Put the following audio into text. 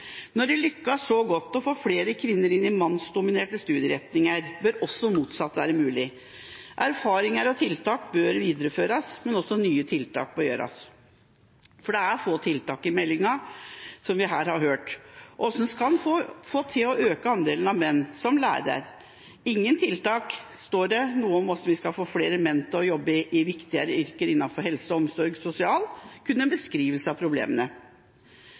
Når det lykkes så godt å få flere kvinner inn på mannsdominerte studieretninger, bør også det motsatte være mulig. Erfaringer og tiltak bør videreføres, men også nye tiltak bør tas i bruk. For det er få tiltak i meldinga, som vi har hørt her, om hvordan en skal få til å øke andelen av menn som lærere, og ingen tiltak om hvordan vi skal få flere menn til å jobbe i viktige yrker innenfor helse, omsorg og sosial – kun en beskrivelse av problemene.